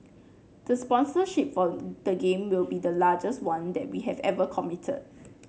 the sponsorship for the Game will be the largest one that we have ever committed